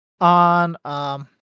on